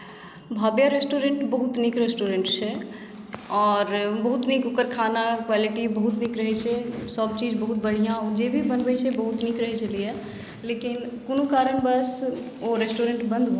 भव्य रेस्टुरेंट बहुत नीक रेस्टुरेंट छै आओर बहुत नीक ओकर खाना आ क्वालिटी बहुत नीक रहै छै सभ चीज बहुत बढ़िऑं ओ जे भी बनबै छै बहुत नीक रहै छलैया लेकिन कोनो कारणवश ओ रेस्टुरेंट बन्द भऽ गेलै